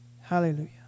hallelujah